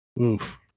oof